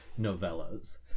novellas